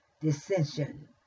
dissension